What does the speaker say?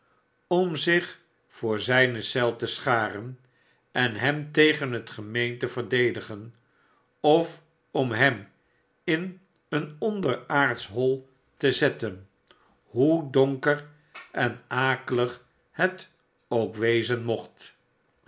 om zich voor zijne eel te scharen en hem tegen het gemeen te verdedigen of om hem in een onderaardsch hoi te zetten hoe donker en akelig het ook wezen mocht